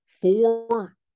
four